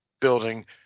building